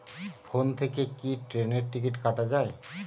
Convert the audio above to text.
Phone থেকে কি ট্রেনের টিকিট কাটা য়ায়?